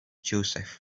joseph